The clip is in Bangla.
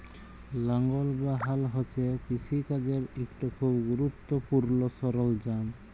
লাঙ্গল বা হাল হছে কিষিকাজের ইকট খুব গুরুত্তপুর্ল সরল্জাম